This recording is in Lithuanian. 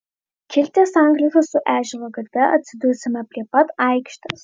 kirtę sankryžą su ežero gatve atsidursime prie pat aikštės